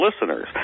listeners